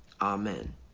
Amen